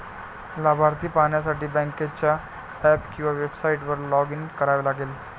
लाभार्थी पाहण्यासाठी बँकेच्या ऍप किंवा वेबसाइटवर लॉग इन करावे लागेल